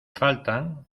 faltan